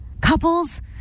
Couples